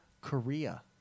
korea